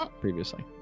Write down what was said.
previously